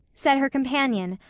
said her companion,